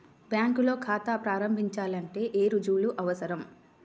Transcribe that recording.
బ్యాంకులో ఖాతా ప్రారంభించాలంటే ఏ రుజువులు అవసరం?